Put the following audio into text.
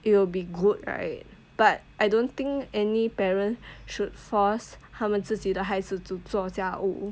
it'll be good right but I don't think any parent should force 他们自己的孩子 to 做家务